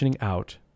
out